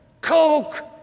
Coke